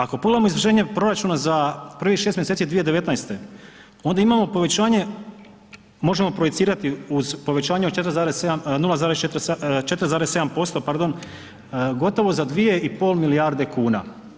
Ako pogledamo izvršenje proračuna za prvih 6. mjeseci 2019. onda imamo povećanje, možemo projicirati uz povećanje od 4,7%, 0,47%, 4,7% pardon, gotovo za 2,5 milijarde kuna.